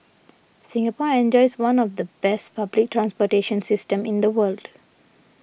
Singapore enjoys one of the best public transportation systems in the world